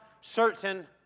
certain